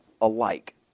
alike